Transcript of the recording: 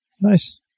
Nice